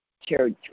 church